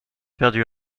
perdu